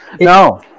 No